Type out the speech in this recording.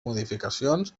modificacions